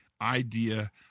idea